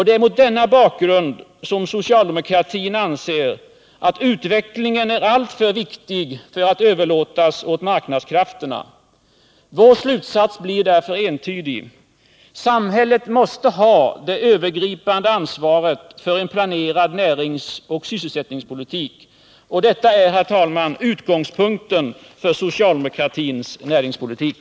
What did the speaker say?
Det är mot denna bakgrund som socialdemokratin anser att utvecklingen är alltför viktig för att överlåtas åt marknadskrafterna. Vår slutsats blir därför entydig: Samhället måste ha det övergripande ansvaret för en planerad näringsoch sysselsättningspolitik. Och detta är, herr talman, utgångspunkten för socialdemokratins näringspolitik.